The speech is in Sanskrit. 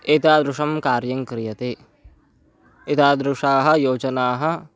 एतादृशं कार्यं क्रियते एतादृशाः योजनाः